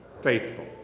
faithful